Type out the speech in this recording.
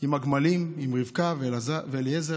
עם הגמלים, עם רבקה ואליעזר,